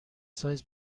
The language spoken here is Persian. سایز